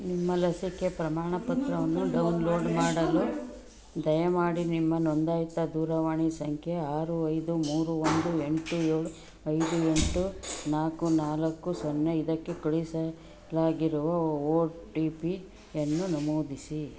ನಿಮ್ಮ ಲಸಿಕೆ ಪ್ರಮಾಣ ಪತ್ರವನ್ನು ಡೌನ್ಲೋಡ್ ಮಾಡಲು ದಯಮಾಡಿ ನಿಮ್ಮ ನೋಂದಾಯಿತ ದೂರವಾಣಿ ಸಂಖ್ಯೆ ಆರು ಐದು ಮೂರು ಒಂದು ಎಂಟು ಏಳು ಐದು ಎಂಟು ನಾಲ್ಕು ನಾಲ್ಕು ಸೊನ್ನೆ ಇದಕ್ಕೆ ಕಳುಹಿಸಲಾಗಿರುವ ಓ ಟಿ ಪಿಯನ್ನು ನಮೂದಿಸಿ